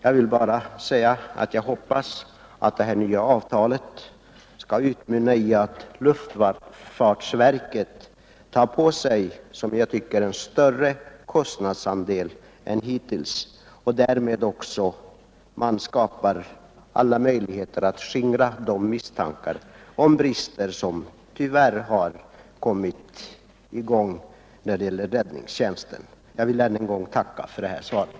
Jag vill till det bara säga att jag hoppas att det nya avtalet skall utmynna i att luftfartsverket tar på sig en större kostnadsandel än hittills, och att man därmed också skingrar de misstankar om brister som tyvärr har yppats när det gäller räddningstjänsten. Jag vill än en gång tacka för svaret.